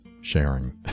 sharing